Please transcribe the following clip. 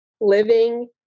living